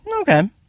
Okay